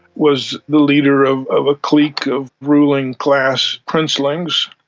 was the leader of of a clique of ruling class princelings.